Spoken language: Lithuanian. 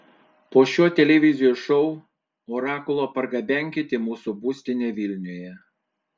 po šio televizijos šou orakulą pargabenkit į mūsų būstinę vilniuje